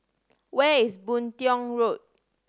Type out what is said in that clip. where is Boon Tiong Road